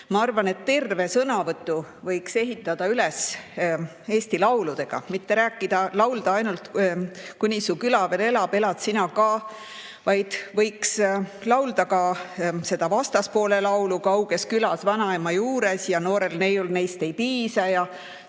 Ma arvan, et terve sõnavõtu võiks ehitada üles Eesti lauludele. Mitte laulda ainult "Kuni su küla veel elab, elad sina ka", vaid võiks laulda ka seda vastaspoole laulu "Kauges külas, vanaema juures" ja "noorel neiul neist ei piisa" ja